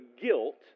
guilt